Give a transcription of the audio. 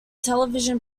television